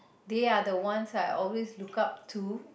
they are the ones I always look up to